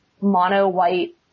mono-white